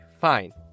fine